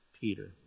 Peter